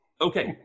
Okay